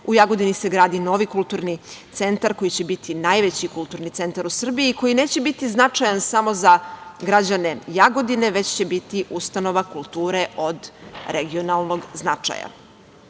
u Jagodini se gradi novi kulturni centar koji će biti najveći kulturni centar u Srbiji i koji neće biti značajan samo za građane Jagodine, već će biti ustanova kulture od regionalnog značaja. Zakon